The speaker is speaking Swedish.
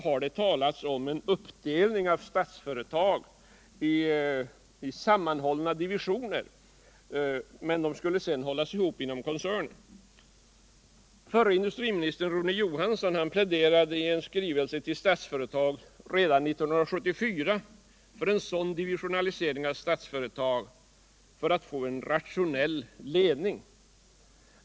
har det talats om en uppdelning av Statsföretag i sammanhållna divisioner, men de skulle sedan hållas ihop inom koncernen. Förre industriministern Rune Johansson pläderade i en skrivelse till Statsföretag redan 1974 för en sådan divisionalisering av Statsföretag för att få en rationell ledning.